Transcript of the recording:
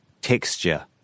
Texture